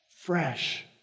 fresh